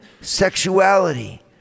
sexuality